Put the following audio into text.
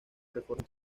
reformas